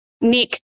Nick